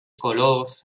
colors